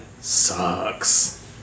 sucks